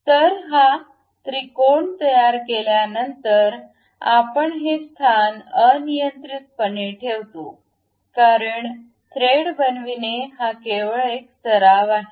तर हा त्रिकोण तयार केल्यानंतर आपण हे स्थान अनियंत्रितपणे ठेवतो कारण थ्रेड बनविणे हा केवळ एक सराव आहे